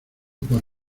por